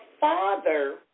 father